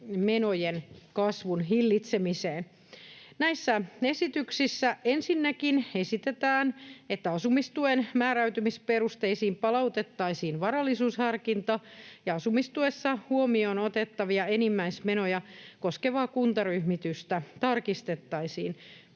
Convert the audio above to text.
menojen kasvun hillitsemiseen. Näissä esityksissä ensinnäkin esitetään, että asumistuen määräytymisperusteisiin palautettaisiin varallisuusharkinta ja asumistuessa huomioon otettavia enimmäismenoja koskevaa kuntaryhmitystä tarkistettaisiin.